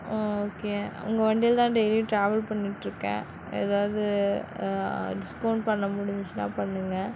okay உங்கள் வண்டியில் தான் டெய்லியும் டிராவல் பண்ணிகிட்ருக்கேன் எதாவது டிஸ்கவுண்ட் பண்ண முடிஞ்சிச்சுனா பண்ணுங்கள்